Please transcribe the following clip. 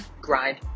Grind